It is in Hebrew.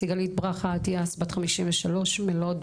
סיגלית ברכה אטיאס בת 53 מלוד,